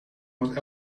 wordt